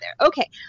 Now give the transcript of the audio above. Okay